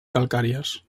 calcàries